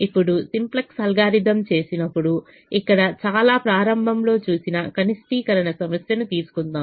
ఇప్పుడు simplex algorithm చేసినప్పుడు ఇక్కడ చాలా ప్రారంభంలో చూసిన కనిష్టీకరణ సమస్యను తీసుకుందాం